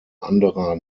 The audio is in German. anderer